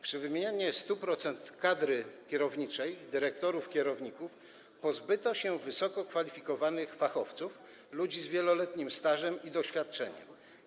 Podczas wymiany 100% kadry kierowniczej, dyrektorów, kierowników pozbyto się wysoko wykwalifikowanych fachowców, ludzi z wieloletnim stażem i doświadczeniem.